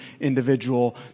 individual